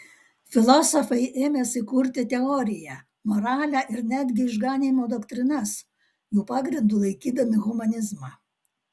filosofai ėmėsi kurti teoriją moralę ir netgi išganymo doktrinas jų pagrindu laikydami humanizmą